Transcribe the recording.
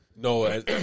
No